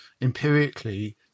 empirically